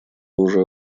уже